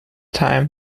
time